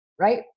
Right